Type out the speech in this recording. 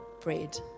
bread